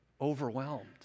overwhelmed